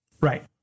Right